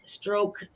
stroke